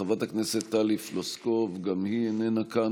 חברת הכנסת טלי פלוסקוב גם היא איננה כאן.